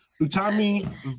Utami